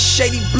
Shady